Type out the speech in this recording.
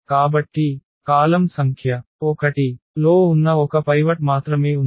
కాబట్టి కాలమ్ సంఖ్య 1 లో ఉన్న ఒక పైవట్ మాత్రమే ఉంది